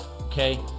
Okay